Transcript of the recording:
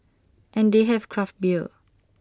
and they have craft beer